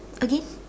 again